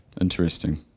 Interesting